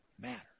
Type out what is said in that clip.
matter